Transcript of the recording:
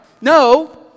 No